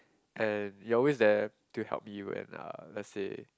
and you're always there to help me when uh let say